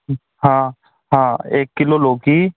हाँ हाँ एक किलो लोकी